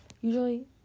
usually